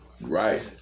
Right